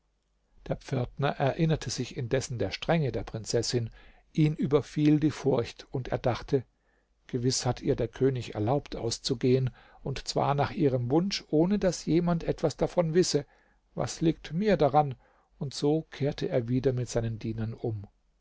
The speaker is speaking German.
der pförtner erinnerte sich indessen der strenge der prinzessin ihn überfiel die furcht und er dachte gewiß hat ihr der könig erlaubt auszugehen und zwar nach ihrem wunsch ohne daß jemand etwas davon wisse was liegt mir daran und so kehrte er wieder mit seinen dienern um